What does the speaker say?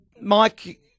Mike